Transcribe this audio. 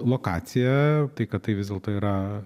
lokacija tai kad tai vis dėlto yra